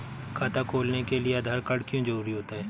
खाता खोलने के लिए आधार कार्ड क्यो जरूरी होता है?